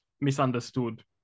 misunderstood